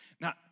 Now